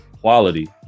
quality